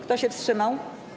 Kto się wstrzymał?